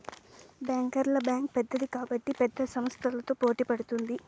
బ్యాంకర్ల బ్యాంక్ పెద్దది కాబట్టి పెద్ద సంస్థలతో పోటీ పడుతుంది